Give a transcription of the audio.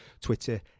Twitter